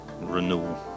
renewal